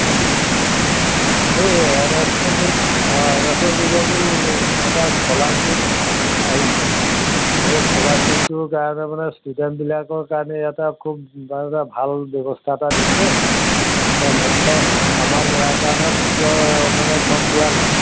এই N S অঁ এন এছৰ যোগেদি এটা স্কলাৰশ্বিপ আহিছে সেই স্কলাৰশ্বিপটোৰ কাৰণে মানে ষ্টুডেণ্টবিলাকৰ কাৰণে এটা খুব বৰ এটা ভাল ব্যৱস্থা এটা দিছে এতিয়া মই আমাৰ ল'ৰাৰ কাৰণে মানে ফৰ্ম পূৰালোঁ